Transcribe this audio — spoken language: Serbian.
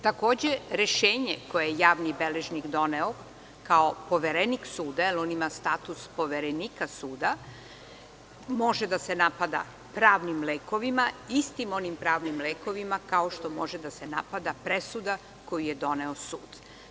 Takođe, rešenje koje je javni beležnik doneo kao poverenik suda, jer on ima status poverenika suda, može da se napada pravnim lekovima, istim onim pravnim lekovima kao što može da se napada presuda koju je doneo sud.